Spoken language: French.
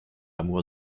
amour